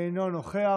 אינו נוכח,